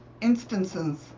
instances